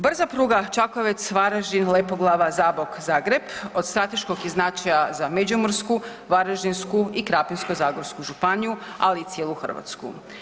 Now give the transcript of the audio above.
Brza pruga Čakovec-Varaždin-Lepoglava-Zabok-Zagreb od strateškog je značaja za Međimursku, Varaždinsku i Krapinsko-zagorsku županiju ali i cijelu Hrvatsku.